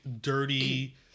dirty